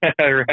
Right